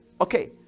okay